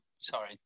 Sorry